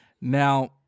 Now